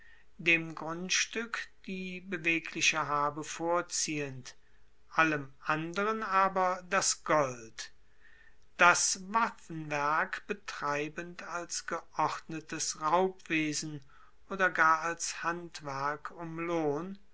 dem grundstueck die bewegliche habe vorziehend allem anderen aber das gold das waffenwerk betreibend als geordnetes raubwesen oder gar als handwerk um lohn